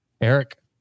Eric